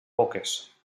boques